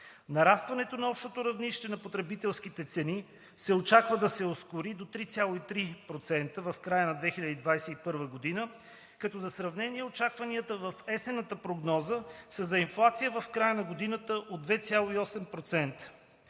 Нарастването на общото равнище на потребителските цени се очаква да се ускори до 3,3% в края на 2021 г., като за сравнение очакванията в есенната прогноза са за инфлация в края на годината от 2,8%.